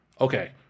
okay